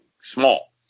small